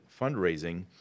fundraising